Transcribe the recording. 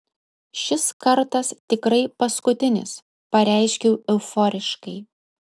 šis kartas tikrai paskutinis pareiškiau euforiškai